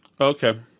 Okay